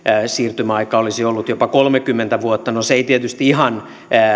siirtymäaika olisi ollut jopa kolmekymmentä vuotta no se ei tietysti ihan